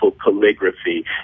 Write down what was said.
calligraphy